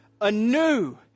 anew